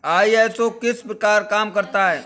ISO किस प्रकार काम करता है